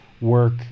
work